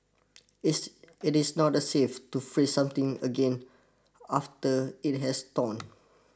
it's it is not the safe to freeze something again after it has thawed